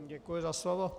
Děkuji za slovo.